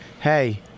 hey